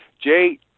Jay